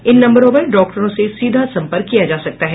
इन नम्बरों पर डॉक्टरों से सीधा सम्पर्क किया जा सकता है